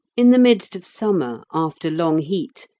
in the midst of summer, after long heat,